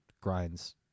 grinds